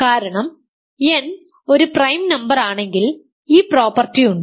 കാരണം n ഒരു prime നമ്പറാണെങ്കിൽ ഈ പ്രോപ്പർട്ടി ഉണ്ട്